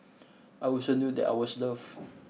I also knew that I was loved